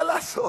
שמה לעשות,